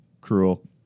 cruel